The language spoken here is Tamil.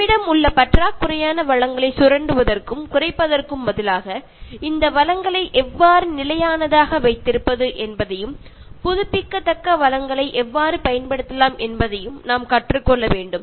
நம்மிடம் உள்ள பற்றாக்குறையான வளங்களை சுரண்டுவதற்கும் குறைப்பதற்கும் பதிலாக இந்த வளங்களை எவ்வாறு நிலையானதாக வைத்திருப்பது என்பதையும் புதுப்பிக்கத்தக்க வளங்களை எவ்வாறு பயன்படுத்தலாம் என்பதையும் நாம் கற்றுக்கொள்ள வேண்டும்